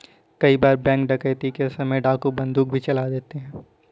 कई बार बैंक डकैती के समय डाकू बंदूक भी चला देते हैं